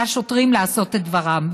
לשוטרים לעשות את דברם.